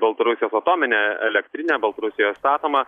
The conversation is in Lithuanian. baltarusijos atominė elektrinė baltarusijoje statoma